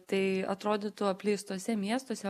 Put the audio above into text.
tai atrodytų apleistuose miestuose